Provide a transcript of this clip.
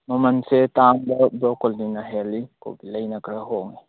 ꯃꯃꯜꯁꯦ ꯇꯥꯡꯕ ꯕ꯭ꯔꯣꯀꯣꯂꯤꯅ ꯍꯦꯜꯂꯤ ꯀꯣꯕꯤꯂꯩꯅ ꯈꯔ ꯍꯣꯡꯏ